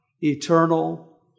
eternal